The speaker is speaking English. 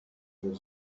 the